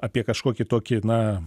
apie kažkokį tokį na